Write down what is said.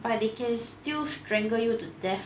but they can still strangle you to death